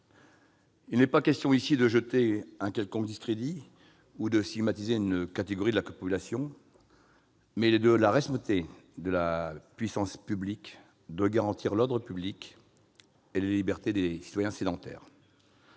Il n'est pas question ici de jeter un quelconque discrédit ou de stigmatiser une catégorie de la population, mais il est de la responsabilité de la puissance publique de garantir l'ordre et les libertés des citoyens sédentaires,